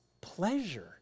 pleasure